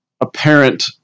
apparent